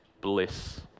bliss